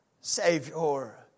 Savior